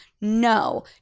No